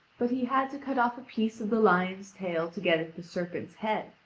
but he had to cut off a piece of the lion's tail to get at the serpent's head,